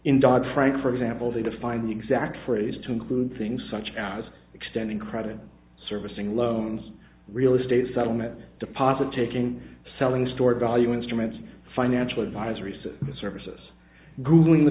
in dodd frank for example they define the exact phrase to include things such as extending credit servicing loans real estate settlements deposit taking selling stored value instruments financial advisory says the services googling the